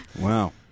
Wow